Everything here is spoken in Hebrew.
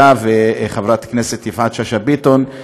אתה וחברת הכנסת יפעת שאשא ביטון,